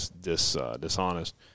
dishonest